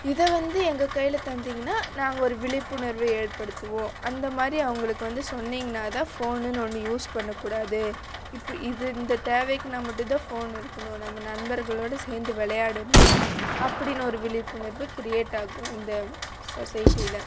இதை வந்து எங்கள் கையில் தந்தீங்கனா நாங்கள் ஒரு விழிப்புணர்வை ஏற்படுத்துவோம் அந்த மாதிரி அவங்களுக்கு வந்து சொன்னீங்னால் தான் ஃபோனுன் ஒன்று யூஸ் பண்ணக்கூடாது இப்படி இது இந்த தேவைக்குனா மட்டுந்தான் ஃபோனு இருக்கணும் நம்ம நண்பர்களோட சேர்ந்து விளையாடணும் அப்படின் ஒரு விழிப்புணர்வு கிரியேட் ஆகும் இந்த சொசைட்டியில்